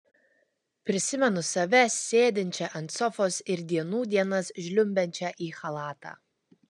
prisimenu save sėdinčią ant sofos ir dienų dienas žliumbiančią į chalatą